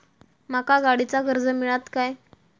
माका गाडीचा कर्ज मिळात काय?